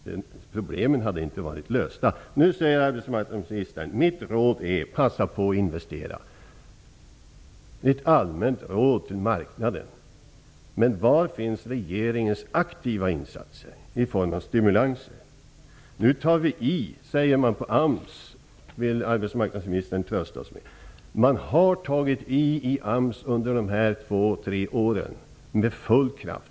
Men problemen hade inte varit lösta. ''Mitt råd är, passa på och investera!'' säger arbetsmarknadsministern nu. Det är ett allmänt råd till marknaden. Men var finns regeringens aktiva insatser i form av stimulanser? Nu tar vi i, säger man på AMS. Det är vad arbetsmarknadsministern vill trösta oss med. Man har tagit i med fulla krafter på AMS under de här två tre åren.